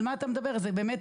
על מה אתה מדבר, באמת.